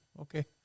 Okay